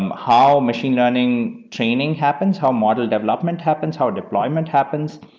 um how machine learning training happens. how model development happens? how deployment happens?